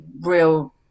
real